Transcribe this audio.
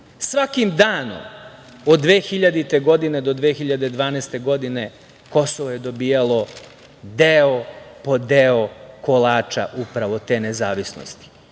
pravom. Svakim danom od 2000. godine do 2012. godine Kosovo je dobijalo deo po deo kolača upravo te nezavisnosti